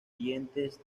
dientes